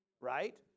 Right